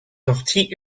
sorties